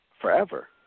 forever